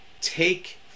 Take